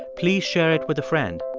please share it with a friend.